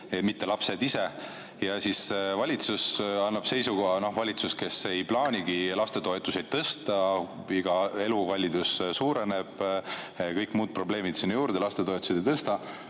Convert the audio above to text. mitte lapsed ise. Ja valitsus annab seisukoha – valitsus, kes ei plaanigi lastetoetusi tõsta, elukallidus suureneb ja kõik muud probleemid sinna juurde, aga lastetoetusi ei tõsta